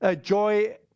joy